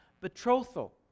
betrothal